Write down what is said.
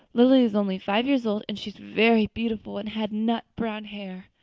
lily is only five years old and she is very beautiful and had nut-brown hair.